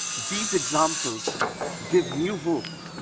these examples give new hope,